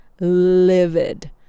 livid